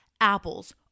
apples